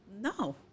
No